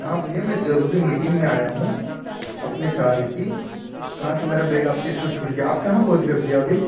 हाँ भईया मैं जरूरी मीटिंग में आया हूँ अपने कार्य की हाँ तो मेरा बेग आपके इसमें छूट गया आप कहाँ पहुँच गए भईया अभी